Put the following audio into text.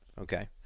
Okay